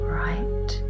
right